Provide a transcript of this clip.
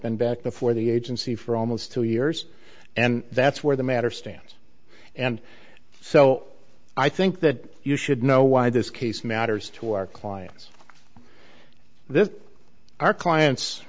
been back before the agency for almost two years and that's where the matter stands and so i think that you should know why this case matters to our clients this our clients